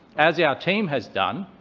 as yeah our team has done,